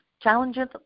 Challenges